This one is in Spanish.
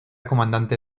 comandante